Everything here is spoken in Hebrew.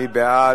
בעד,